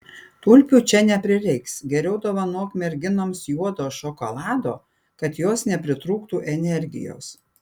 tulpių čia neprireiks geriau dovanok merginoms juodo šokolado kad jos nepritrūktų energijos